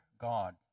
God